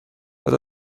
but